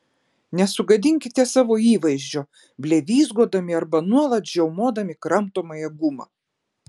nesugadinkite savo įvaizdžio blevyzgodami arba nuolat žiaumodami kramtomąją gumą